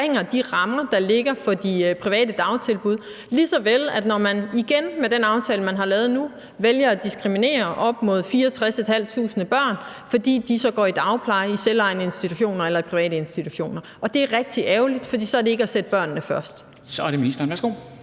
de rammer, der ligger, for de private dagtilbud, ligesom man igen – med den aftale, man har lavet nu – vælger at diskriminere op mod 64.500 børn, fordi de går i dagpleje, i selvejende institutioner eller i private institutioner, og det er rigtig ærgerligt, for så er det ikke at sætte børnene først. Kl. 14:05 Formanden (Henrik